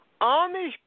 Amish